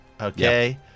Okay